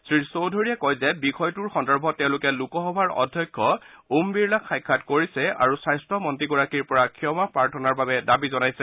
শ্ৰীচৌধুৰীয়ে কয় যে বিষয়টো সন্দৰ্ভত তেওঁলোকে লোকসভাৰ অধ্যক্ষ ওম বিৰলাক সাক্ষাৎ কৰিছে আৰু স্বাস্থ্যমন্ত্ৰী গৰাকীৰ পৰা ক্ষমা প্ৰাৰ্থনাৰ দাবী জনাইছে